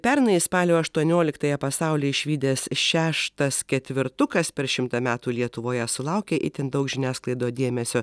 pernai spalio aštuonioliktąją pasaulį išvydęs šeštas ketvertukas per šimtą metų lietuvoje sulaukė itin daug žiniasklaido dėmesio